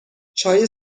چای